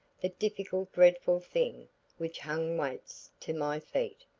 the difficult dreadful thing which hung weights to my feet,